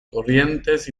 corrientes